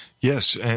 Yes